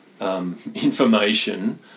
information